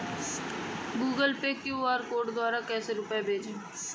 Google Pay QR द्वारा कैसे रूपए भेजें?